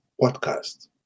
podcast